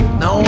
no